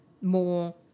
more